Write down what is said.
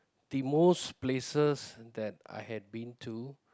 the most places that I have been to